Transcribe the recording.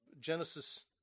Genesis